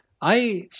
I-